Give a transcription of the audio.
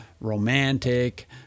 romantic